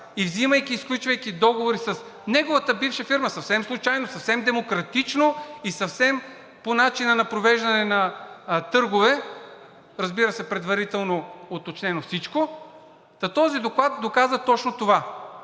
и взимайки и сключвайки договори с неговата бивша фирма – съвсем случайно, съвсем демократично и съвсем по начина на провеждане на търгове, разбира се, предварително уточнено всичко, та този доклад доказа точно това: